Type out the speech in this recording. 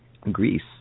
Greece